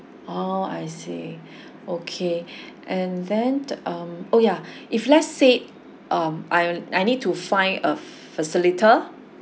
oh I see okay and then um oh yeah if let's say um I I need to find a facilitator